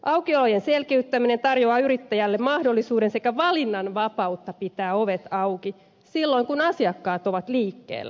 aukiolojen selkiyttäminen tarjoaa yrittäjälle mahdollisuuden sekä valinnanvapautta pitää ovet auki silloin kun asiakkaat ovat liikkeellä